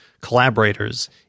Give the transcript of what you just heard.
collaborators